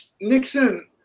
Nixon